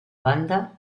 banda